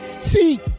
See